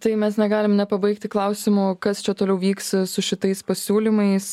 tai mes negalim pabaigti klausimų kas čia toliau vyks su šitais pasiūlymais